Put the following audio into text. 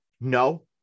no